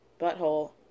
butthole